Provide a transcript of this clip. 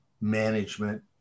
management